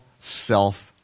self